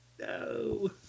No